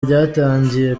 ryatangiye